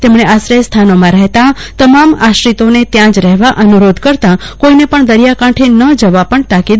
તેમણે આશ્રય સ્થાનોમાં રહેતા તમામ આશ્રિતોને ત્યાં જ રહેવા અનુરોધ કરતાં કોઈને પણ દરિયાકાંઠે ન જવા પણ તાકીદ કરી હતી